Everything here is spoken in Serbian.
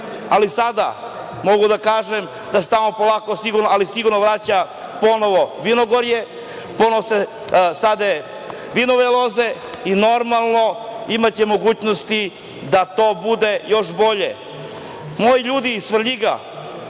sve. Sada mogu da kažem da se tamo polako, ali sigurno vraća ponovo vinogorje, ponovo se sade vinove loze i biće mogućnosti da to bude još bolje. Moji ljudi iz Svrljiga